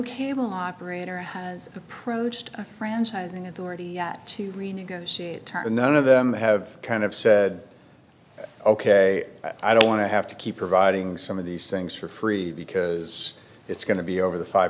cable operator has approached a franchising authority yet to renegotiate term and none of them have kind of said ok i don't want to have to keep providing some of these things for free because it's going to be over